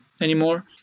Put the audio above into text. anymore